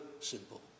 simple